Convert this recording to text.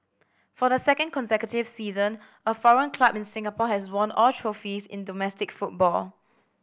for the second consecutive season a foreign club in Singapore has won all trophies in domestic football